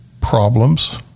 problems